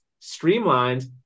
streamlined